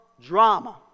drama